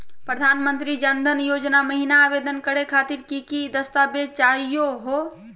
प्रधानमंत्री जन धन योजना महिना आवेदन करे खातीर कि कि दस्तावेज चाहीयो हो?